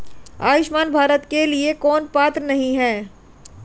आयुष्मान भारत के लिए कौन पात्र नहीं है?